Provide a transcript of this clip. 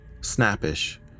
snappish